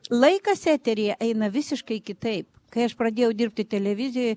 laikas eteryje eina visiškai kitaip kai aš pradėjau dirbti televizijoje